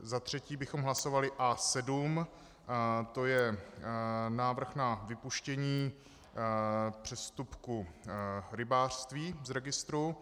Za třetí bychom hlasovali A7, to je návrh na vypuštění přestupku rybářství z registru.